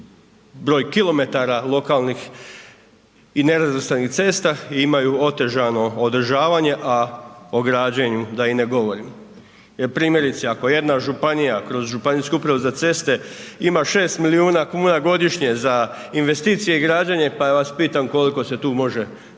broj kilometara lokalnih i nerazvrstanih cesta i imaju otežano održavanja, a o građenju da i ne govorim. Jer primjerice ako jedna županije kroz županijsku upravu za ceste ima 6 miliona kuna godišnje za investicije i građenje pa ja vas pitam koliko se tu može napraviti